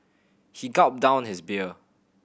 he gulped down his beer